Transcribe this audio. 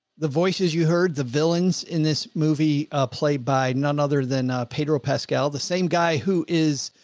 the voices you heard the villains in this movie played by none other than a pedro pascal, the same guy who is.